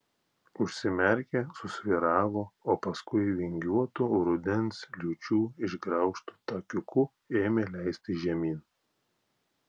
užsimerkė susvyravo o paskui vingiuotu rudens liūčių išgraužtu takiuku ėmė leistis žemyn